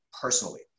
personally